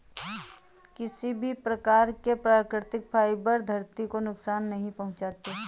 किसी भी प्रकार के प्राकृतिक फ़ाइबर धरती को नुकसान नहीं पहुंचाते